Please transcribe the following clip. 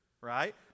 right